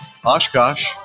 Oshkosh